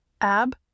Ab